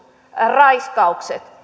raiskaukset